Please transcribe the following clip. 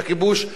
גם בארץ,